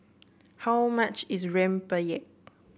how much is Rempeyek